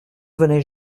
venais